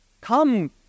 Come